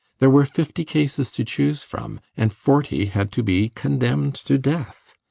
there were fifty cases to choose from and forty had to be condemned to death.